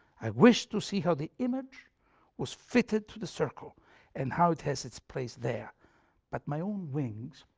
i wished to see how the image was fitted to the circle and how it has its place there but my own wings,